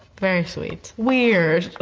very sweet. weird,